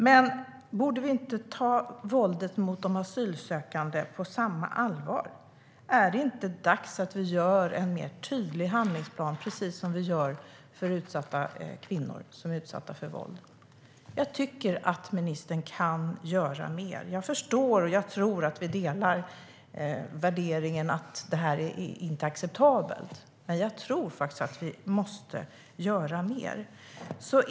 Men borde vi inte ta våldet mot de asylsökande på samma allvar? Är det inte dags att vi gör en mer tydlig handlingsplan, precis som vi gör för kvinnor som är utsatta för våld? Jag tycker att ministern kan göra mer. Jag tror att vi delar värderingen att detta inte är acceptabelt. Men jag tror att vi måste göra mer.